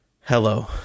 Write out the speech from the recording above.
Hello